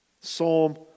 Psalm